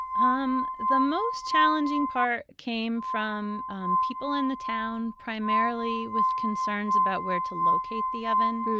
um the most challenging part came from um people in the town, primarily with concerns about where to locate the oven.